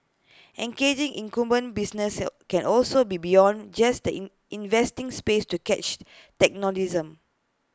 engaging incumbent businesses can also be beyond just the in investing space to catch tech notice him